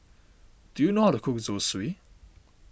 do you know how to cook Zosui